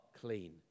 clean